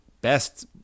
best